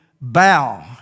bow